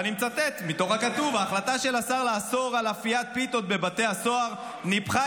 ואני מצטט מתוך הכתוב: ההחלטה של השר לאסור אפיית פיתות בבתי הסוהר ניפחה